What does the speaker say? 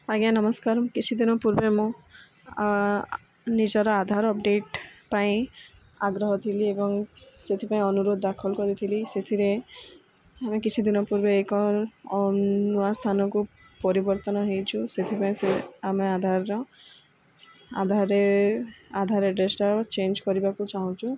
ଆଜ୍ଞା ନମସ୍କାର କିଛିଦିନ ପୂର୍ବେ ମୁଁ ନିଜର ଆଧାର ଅପଡ଼େଟ ପାଇଁ ଆଗ୍ରହ ଥିଲି ଏବଂ ସେଥିପାଇଁ ଅନୁରୋଧ ଦାଖଲ କରିଥିଲି ସେଥିରେ ଆମେ କିଛି ଦିନ ପୂର୍ବେ ଏକ ନୂଆ ସ୍ଥାନକୁ ପରିବର୍ତ୍ତନ ହେଇଛୁ ସେଥିପାଇଁ ସେ ଆମେ ଆଧାରର ଆଧାରରେ ଆଧାର ଆଡ୍ରେସଟା ଚେଞ୍ଜ କରିବାକୁ ଚାହୁଁଛୁ